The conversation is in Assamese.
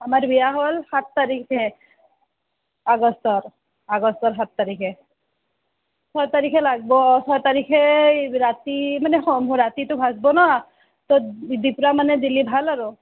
আমাৰ বিয়া হ'ল সাত তাৰিখে আগষ্টৰ আগষ্টৰ সাত তাৰিখে ছয় তাৰিখে লাগবো ছয় তাৰিখে এই ৰাতি মানে ৰাতিতো ভাজবো না তো দিপ্ৰা মানে দিলি ভাল আৰু